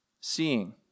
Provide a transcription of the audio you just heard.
seeing